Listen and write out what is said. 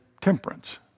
temperance